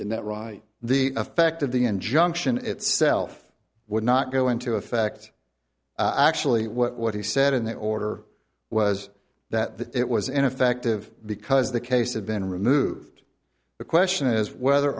in that right the effect of the injunction itself would not go into effect actually what he said in that order was that it was ineffective because the case had been removed the question is whether